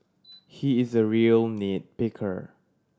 he is a real nit picker